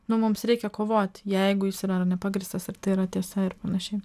nu mums reikia kovoti jeigu jis yra nepagrįstas ir tai yra tiesa ir panašiai